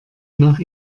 nach